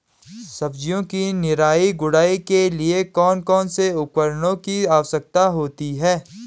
सब्जियों की निराई गुड़ाई के लिए कौन कौन से उपकरणों की आवश्यकता होती है?